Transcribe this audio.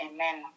Amen